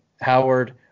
Howard